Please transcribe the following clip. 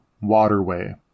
Waterway